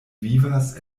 vivas